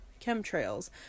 chemtrails